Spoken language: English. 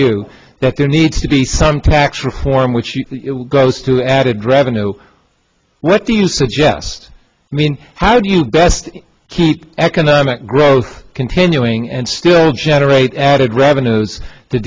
you that there needs to be some tax reform which goes to added revenue what do you suggest i mean how do you best economic growth continuing and still generate added revenues to